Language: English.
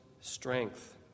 strength